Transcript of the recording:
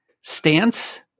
stance